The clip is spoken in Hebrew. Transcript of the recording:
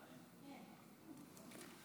מאיר פרוש, בן